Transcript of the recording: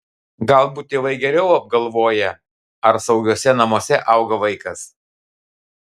galbūt tėvai geriau apgalvoja ar saugiuose namuose auga vaikas